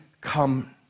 come